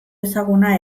ezaguna